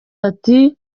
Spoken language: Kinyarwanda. ati